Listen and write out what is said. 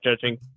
judging